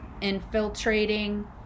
infiltrating